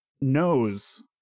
knows